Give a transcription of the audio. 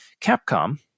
Capcom